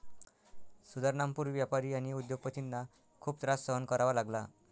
सुधारणांपूर्वी व्यापारी आणि उद्योग पतींना खूप त्रास सहन करावा लागला